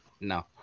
No